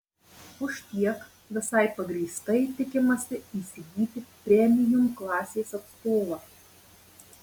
už tiek visai pagrįstai tikimasi įsigyti premium klasės atstovą